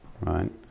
Right